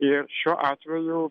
ir šiuo atveju